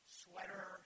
sweater